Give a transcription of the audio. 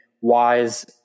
Wise